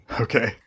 Okay